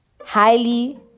Highly